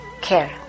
care